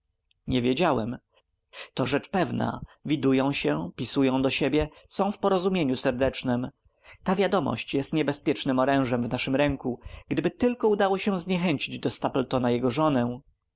nie wiedziałem to rzecz pewna widują się pisują do siebie są w porozumieniu serdecznem ta wiadomość jest niebezpiecznym orężem w naszem ręku gdyby tylko udało się zniechęcić do stapletona jego żonę